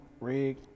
rig